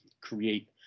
create